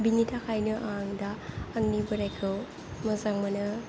बेनि थाखायनो आं दा आंनि बोराइखौ मोजां मोनो